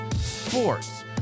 sports